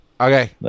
Okay